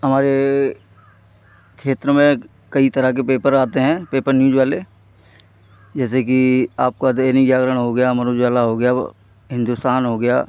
हमारे क्षेत्र में कई तरह के पेपर आते हैं पेपर न्यूज़ वाले जैसे कि आपका दैनिक जागरण हो गया अमर उजाला हो गया व हिन्दुस्तान हो गया